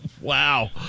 Wow